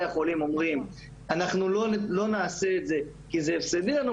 החולים אומרים שלא יעשו את הפרומצדורה כי היא הפסדית להם,